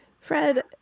fred